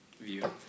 view